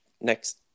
next